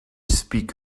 speak